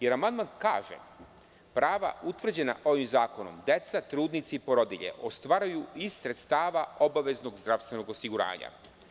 Jer, amandman kaže – prava utvrđena ovim zakonom, deca, trudnice i porodilje ostvaruju iz sredstava obaveznog zdravstvenog osiguranja.